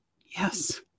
yes